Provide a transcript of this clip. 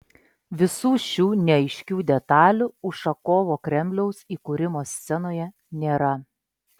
visų šių neaiškių detalių ušakovo kremliaus įkūrimo scenoje nėra